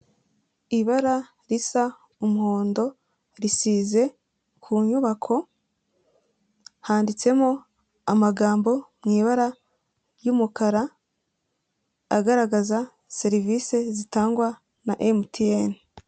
Ibara risa umuhondo risize ku nyubako handitsemo amagambo mu ibara ry'umukara agaragaza serivisi zitangwa na MTN.